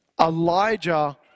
Elijah